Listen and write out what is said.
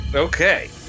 Okay